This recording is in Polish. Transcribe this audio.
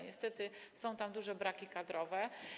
Niestety są tam duże braki kadrowe.